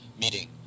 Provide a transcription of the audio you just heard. meeting